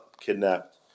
kidnapped